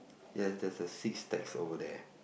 ya there's a six stacks over there